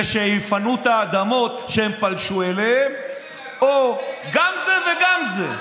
ושיפנו את האדמות שהם פלשו אליהן או גם זה וגם זה.